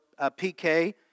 PK